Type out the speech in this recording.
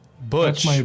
Butch